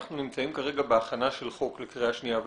אנחנו נמצאים כרגע בהכנה של חוק לקריאה שנייה ושלישית.